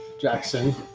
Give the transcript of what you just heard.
Jackson